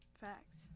Facts